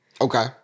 Okay